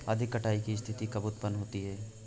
अधिक कटाई की स्थिति कब उतपन्न होती है?